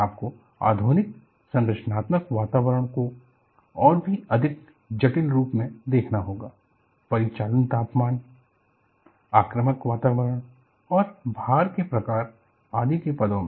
आपको आधुनिक संरचनात्मक वातावरण को और भी अधिक जटिल रूप मे देखना होगा परिचालन तापमान आक्रामक वातावरण और भार के प्रकार आदि के पदो मे